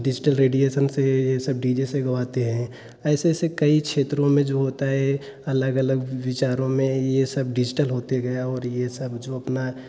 digital radiation से यह सब डी जे से गवाते हैं ऐसे ऐसे कई क्षेत्रों में जो होता है अलग अलग विचारों में यह सब डिजिटल होते गए और यह सब जो अपना